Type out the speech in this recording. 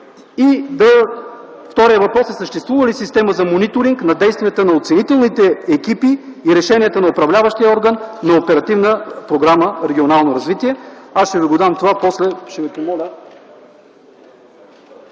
Вторият въпрос е: съществува ли система за мониторинг на действията на оценителните екипи и решенията на управляващия орган на Оперативна програма „Регионално развитие”? Аз ще Ви дам това… (Народният